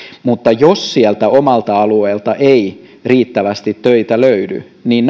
mutta jos sieltä omalta alueelta ei riittävästi töitä löydy niin